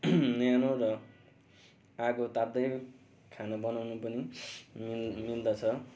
न्यानो र आगो ताप्दै खाना बनाउनु पनि मिल् मिल्दछ